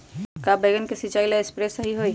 का बैगन के सिचाई ला सप्रे सही होई?